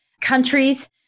countries